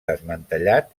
desmantellat